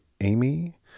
Amy